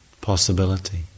possibility